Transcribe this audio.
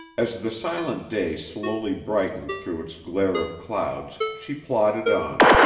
as the silent day slowly brightened through its glare of clouds, she plodded on,